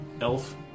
elf